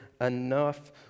enough